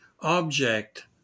object